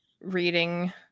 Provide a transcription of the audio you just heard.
reading